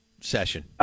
session